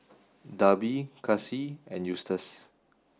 Darby Casie and Eustace